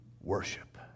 worship